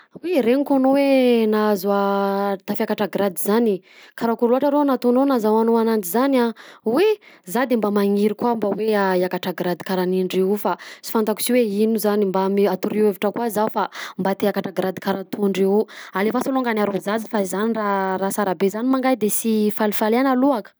Oy! Regniko anao hoe nahazo a tafiakatra grade zany, karakory laotra rô nataonao nahazoanao ananjy zany? Oy! Zah de mba maniry koa hoe iakatra grade karaha nendreo io fa sy fantako si hoe ino zany mba me- atorohy hevitra koa zah fa mba te iakatra grade karaha toa andreo eo alefaso longany arosazy fa izany raha raha sara be zany ma ngahy de sy ifalifaliana aloha ka.